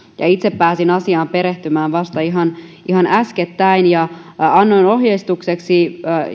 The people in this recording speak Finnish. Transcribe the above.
itse pääsin asiaan perehtymään vasta ihan ihan äskettäin ja selvittelin sitä annoin ohjeistukseksi